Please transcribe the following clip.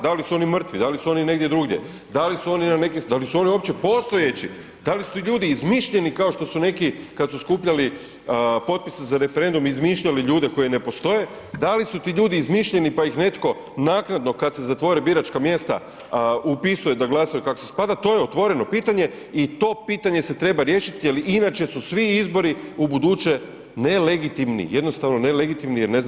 Da li su oni mrtvi, da li su oni negdje drugdje, da li su oni uopće postojeći, da li su to ljudi izmišljeni kao što su neki kada su skupljali potpise za referendum izmišljali ljude koje ne postoje, da li su ti ljudi izmišljeni pa ih netko naknadno kada se zatvore biračka mjesta upisuje da glasaju kak se spada to je otvoreno pitanje i to pitanje se treba riješiti jer inače su svi izbori ubuduće nelegitimni, jednostavno nelegitimni jer ne znamo tko bira.